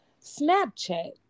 Snapchat